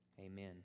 Amen